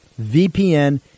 VPN